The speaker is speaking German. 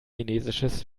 chinesisches